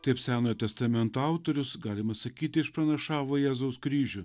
taip senojo testamento autorius galima sakyti išpranašavo jėzaus kryžių